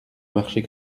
marcher